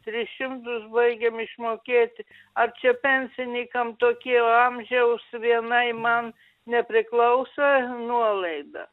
tris šimtus baigiam išmokėti ar čia pensininkam tokio amžiaus vienai man nepriklauso nuolaida